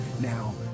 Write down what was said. Now